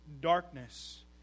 darkness